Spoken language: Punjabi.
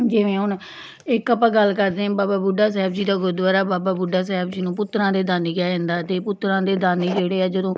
ਜਿਵੇਂ ਹੁਣ ਇੱਕ ਆਪਾਂ ਗੱਲ ਕਰਦੇ ਹਾਂ ਬਾਬਾ ਬੁੱਢਾ ਸਾਹਿਬ ਜੀ ਦਾ ਗੁਰਦੁਆਰਾ ਬਾਬਾ ਬੁੱਢਾ ਸਾਹਿਬ ਜੀ ਨੂੰ ਪੁੱਤਰਾਂ ਦੇ ਦਾਨੀ ਕਿਹਾ ਜਾਂਦਾ ਅਤੇ ਪੁੱਤਰਾਂ ਦੇ ਦਾਨੀ ਜਿਹੜੇ ਆ ਜਦੋਂ